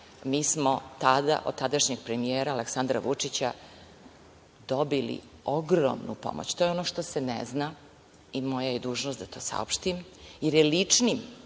mi smo od tadašnjeg premijera Aleksandra Vučića dobili ogromnu pomoć. To je ono što se ne zna i moja je dužnost da to saopštim, jer je ličnim,